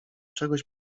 czegoś